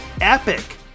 epic